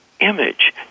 image